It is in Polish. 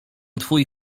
twój